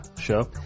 show